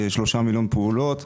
3 מיליון פעולות.